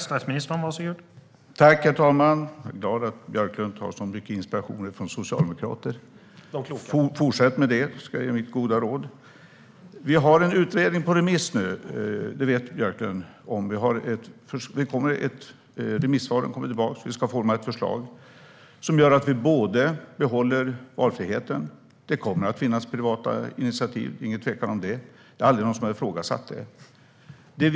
Herr talman! Jag är glad över att Björklund hämtar så mycket inspiration från socialdemokrater. Fortsätt med det! Det är mitt goda råd. Vi har nu en utredning som är ute på remiss - det vet Björklund. Remissvaren kommer. Vi ska forma ett förslag som gör att vi behåller valfriheten. Det kommer att finnas privata initiativ. Det är ingen tvekan om det. Det är aldrig någon som har ifrågasatt det.